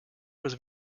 was